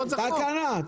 תקנה.